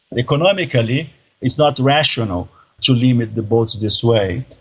economically it's not rational to limit the boats this way,